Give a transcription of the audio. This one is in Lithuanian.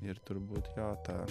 ir turbūt jo ta